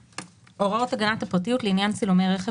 "הוראות הגנת הפרטיות לעניין צילומי רכב